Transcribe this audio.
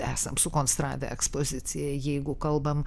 esam sukonstravę ekspoziciją jeigu kalbam